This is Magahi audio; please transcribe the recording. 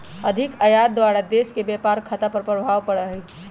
अधिक आयात द्वारा देश के व्यापार खता पर खराप प्रभाव पड़इ छइ